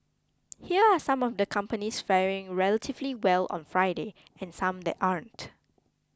here are some of the companies faring relatively well on Friday and some that aren't